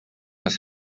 must